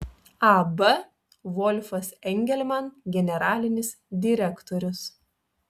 ab volfas engelman generalinis direktorius